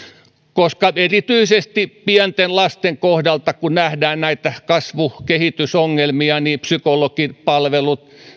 koska kun erityisesti pienten lasten kohdalla nähdään näitä kasvu ja kehitysongelmia psykologin palvelut ja